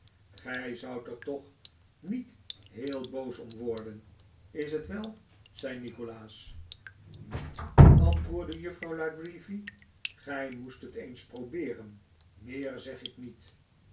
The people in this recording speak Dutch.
gij zoudt er toch niet heel boos om worden is t wel zei nikolaas niet antwoordde juffrouw la creevy gij moest het eens probeeren meer zeg ik niet